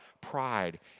pride